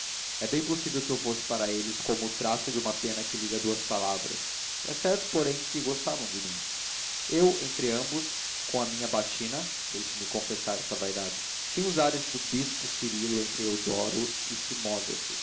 é bem possível que eu fosse para eles como o traço de pena que liga duas palavras é certo porém que gostavam de mim eu entre ambos com a minha batina deixem-me confessar esta vaidade tinha uns ares do bispo cirilo entre